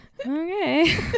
okay